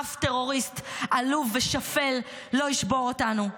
אף טרוריסט עלוב ושפל לא ישבור אותנו.